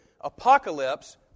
apocalypse